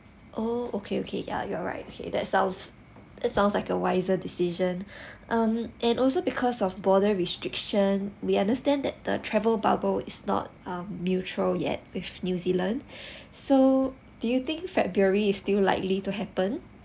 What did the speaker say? oh okay okay ya you are right okay that sounds it sounds like a wiser decision um and also because of border restriction we understand that the travel bubble is not um mutual yet with new zealand so do you think february is still likely to happen